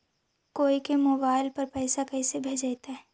कोई के मोबाईल पर पैसा कैसे भेजइतै?